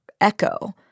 echo